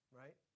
right